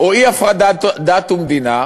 או אי-הפרדת דת ומדינה,